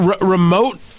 remote